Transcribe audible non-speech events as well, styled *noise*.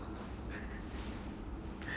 *breath*